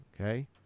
Okay